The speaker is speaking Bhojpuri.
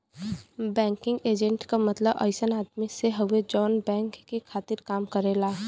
बैंकिंग एजेंट क मतलब अइसन आदमी से हउवे जौन बैंक के खातिर काम करेला